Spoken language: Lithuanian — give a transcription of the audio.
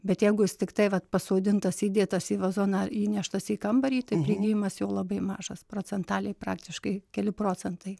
bet jeigu jis tiktai vat pasodintas įdėtas į vazoną ar įneštas į kambarį tai prigijimas jo labai mažas procentaliai praktiškai keli procentai